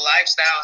lifestyle